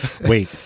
Wait